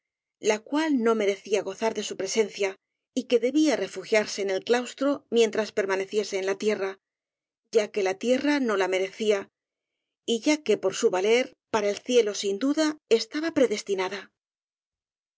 la cual no merecía gozar de su presen cia y que debía refugiarse en el claustro mientras permaneciese en la tierra ya que la tierra no la merecía y ya que por su valer para el cielo sin duda estaba predestinada